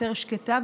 יותר שקטה,